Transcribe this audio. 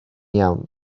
iawn